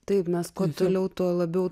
taip mes kuo toliau tuo labiau